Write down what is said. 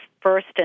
first